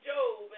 Job